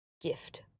gift